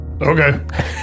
Okay